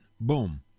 boom